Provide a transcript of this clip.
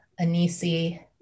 Anisi